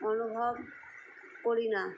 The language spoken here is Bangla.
অনুভব করি না